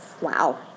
Wow